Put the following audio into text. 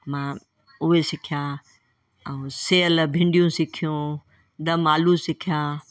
मां उहे सिखिया ऐं सेहल भिंडियूं सिखियूं दमआलू सिखिया